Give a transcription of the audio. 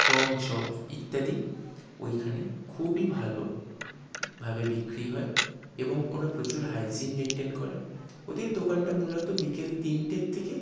prawn chop ইত্যাদি ওইখানে খুবই ভালো ভাবে বিক্রি হয় এবং ওরা প্রচুর হাইজিন মেনটেন করে ওদের দোকানটা মূলত বিকেল তিনটের থেকে